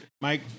Mike